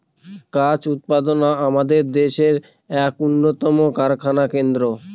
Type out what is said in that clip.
কাগজ উৎপাদনা আমাদের দেশের এক উন্নতম কারখানা কেন্দ্র